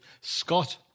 Scott